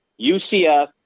UCF